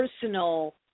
personal